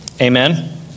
Amen